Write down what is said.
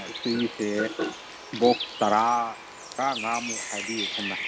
ꯁꯤꯒꯤꯁꯦ ꯕꯣꯛꯁ ꯇꯔꯥ ꯇꯔꯥꯃꯉꯥꯃꯨꯛ ꯍꯥꯏꯕꯤꯌꯦ ꯁꯣꯝꯅ